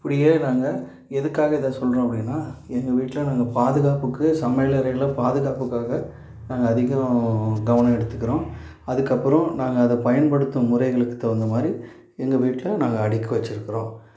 இப்படியே நாங்கள் எதுக்காக இதை சொல்கிறோம் அப்படின்னா எங்கள் வீட்டில நாங்கள் பாதுகாப்புக்கு சமையலறையில் பாதுகாப்புக்காக அதிகம் கவனம் எடுத்துக்கிறோம் அதுக்கப்புறம் நாங்கள் அதை பயன்படுத்தும் முறைகளுக்கு தகுந்த மாதிரி எங்கள் வீட்டில நாங்கள் அடுக்கி வச்சிருக்கறோம்